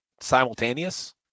simultaneous